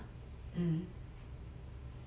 mm